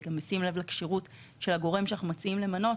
בשים לב לכשירות של הגורם שאנחנו מציעים למנות,